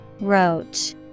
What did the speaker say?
Roach